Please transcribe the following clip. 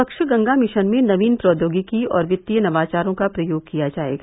स्वच्छ गंगा मिशन में नवीन प्रौद्योगिकी और वित्तीय नवाचारों का प्रयोग किया जाएगा